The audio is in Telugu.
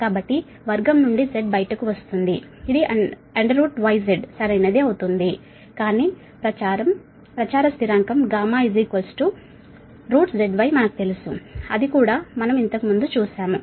కాబట్టి వర్గం నుండి Z బయటకు వస్తుంది ఇది YZ సరైనది అవుతుంది కాని ప్రాపగేషన్ కాంస్టాంట్ γZYమనకు తెలుసు అది కూడా మనం ఇంతకు ముందు చూశాము